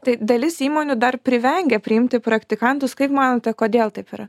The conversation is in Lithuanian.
tai dalis įmonių dar privengia priimti praktikantus kaip manote kodėl taip yra